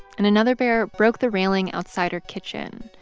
and another bear broke the railing outside her kitchen.